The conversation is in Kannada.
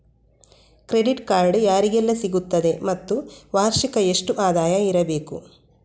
ಕ್ರೆಡಿಟ್ ಕಾರ್ಡ್ ಯಾರಿಗೆಲ್ಲ ಸಿಗುತ್ತದೆ ಮತ್ತು ವಾರ್ಷಿಕ ಎಷ್ಟು ಆದಾಯ ಇರಬೇಕು?